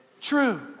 true